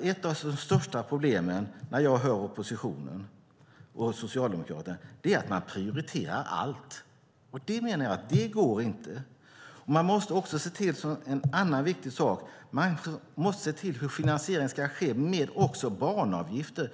Ett av de största problemen med oppositionen och Socialdemokraterna är att man prioriterar allt. Det går inte, menar jag. En annan viktig sak är att finansieringen måste ske även med banavgifter.